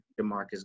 Demarcus